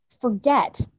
forget